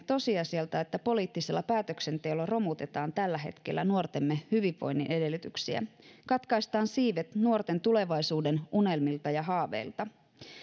tosiasialta että poliittisella päätöksenteolla romutetaan tällä hetkellä nuortemme hyvinvoinnin edellytyksiä ja katkaistaan siivet nuorten tulevaisuuden unelmilta ja haaveilta